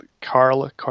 Carla